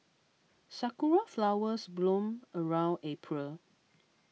sakura flowers bloom around April